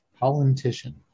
Politician